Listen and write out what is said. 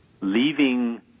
leaving